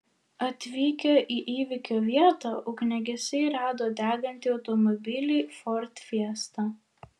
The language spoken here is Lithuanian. atvykę į įvykio vietą ugniagesiai rado degantį automobilį ford fiesta